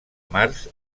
març